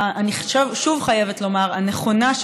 אני שוב חייבת לומר: הנכונה,